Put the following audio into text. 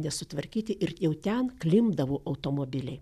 nesutvarkyti ir jau ten klimpdavo automobiliai